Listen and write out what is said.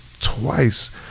twice